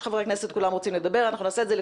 לא יכול להיות שמי שלא --- בגלל שהאנרכיזם הזה צריך